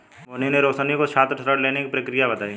मोहिनी ने रोशनी को छात्र ऋण लेने की प्रक्रिया बताई